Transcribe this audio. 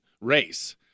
race